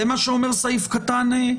זה מה שאומר סעיף קטן (ה),